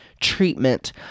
treatment